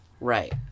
right